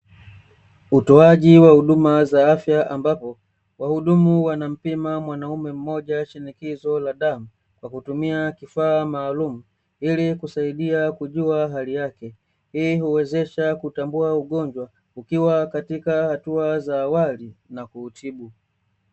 Utoaji wa huduma za afya, ambapo wahudumu wanampima mwanaume mmoja shinikizo la damu kwa kutumia kifaa maalumu, ili kusaidia kujua hali yake. Hii huwezesha kutambua ugonjwa ukiwa katika hatua za awali na kuutibu.